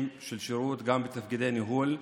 בתפקידים של שירות, גם בתפקידי ניהול,